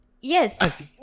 Yes